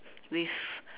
with